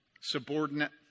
Subordinate